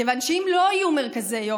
כיוון שאם לא היו מרכזי יום,